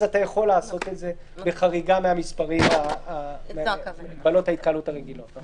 אתה יכול לעשות אותו בחריגה מהמספרים בתקנות ההתקהלות הרגילות.